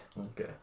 Okay